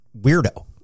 Weirdo